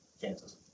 Kansas